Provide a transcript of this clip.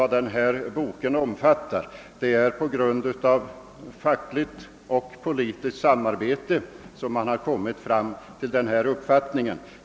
Det är på grundval av fackligt och politiskt samarbete som man kommit fram till denna ståndpunkt.